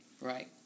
right